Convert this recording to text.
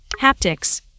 Haptics